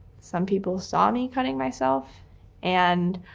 some people saw me cutting myself and.